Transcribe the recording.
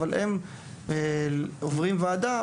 אבל הם עוברים ועדה,